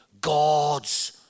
God's